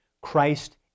Christ